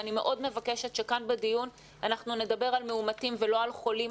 אני מאוד מבקשת שכאן בדיון אנחנו נדבר על מאומתים ולא על חולים.